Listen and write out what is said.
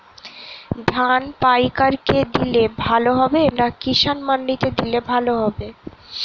ধান পাইকার কে দিলে ভালো হবে না কিষান মন্ডিতে দিলে ভালো হবে?